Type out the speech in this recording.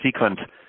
subsequent